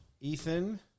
Ethan